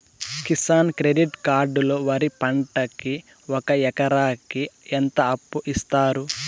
Kisan credit card లో వరి పంటకి ఒక ఎకరాకి ఎంత అప్పు ఇస్తారు?